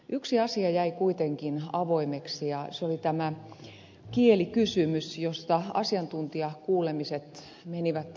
yksi asia jäi kuitenkin avoimeksi ja se oli tämä kielikysymys josta asiantuntijakuulemiset menivät varsin ristiin